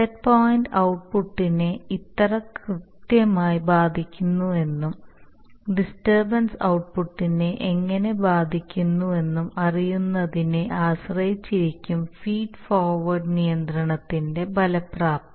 set point ഔട്ട്പുട്ടിനെ എത്ര കൃത്യമായി ബാധിക്കുന്നുവെന്നും ഡിസ്റ്റർബൻസ് ഔട്ട്പുട്ടിനെ എങ്ങനെ ബാധിക്കുന്നുവെന്നും അറിയുന്നതിനെ ആശ്രയിച്ചിരിക്കും ഫീഡ് ഫോർവേർഡ് നിയന്ത്രണത്തിൻറെ ഫലപ്രാപ്തി